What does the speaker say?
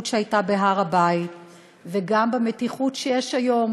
שהייתה בהר הבית וגם במתיחות שיש היום